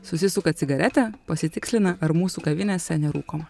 susisuka cigaretę pasitikslina ar mūsų kavinėse nerūkoma